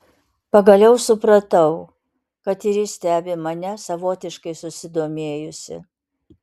pagaliau supratau kad ir ji stebi mane savotiškai susidomėjusi